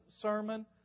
sermon